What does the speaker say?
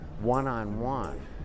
one-on-one